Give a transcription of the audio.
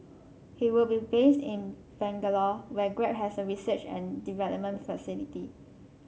he will be based in Bangalore where Grab has a research and development facility